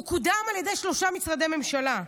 הוא קודם על ידי שלושה משרדי ממשלה,